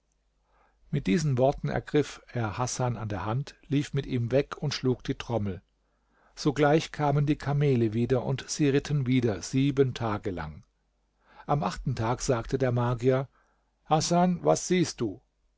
mit diesen worten ergriff er hasan an der hand lief mit ihm weg und schlug die trommel sogleich kamen die kamele wieder und sie ritten wieder sieben tage lang am achten tag sagte der magier hasan was siehst du